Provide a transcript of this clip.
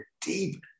deep